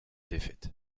défaite